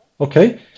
Okay